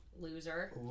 loser